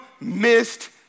missed